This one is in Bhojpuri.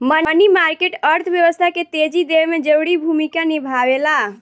मनी मार्केट अर्थव्यवस्था के तेजी देवे में जरूरी भूमिका निभावेला